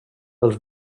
els